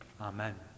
Amen